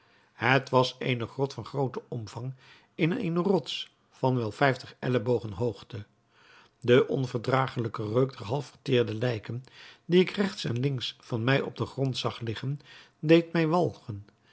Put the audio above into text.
het was eene grot van grooten omvang in eene rots van wel vijftig ellebogen hoogte de onverdragelijke reuk der half verteerde lijken die ik regts en links van mij op den grond zag liggen deed mij walgen